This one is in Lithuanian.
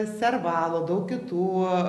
servalų daug kitų